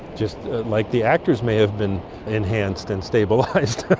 just like the actors may have been enhanced and stabilised.